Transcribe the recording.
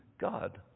God